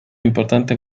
importante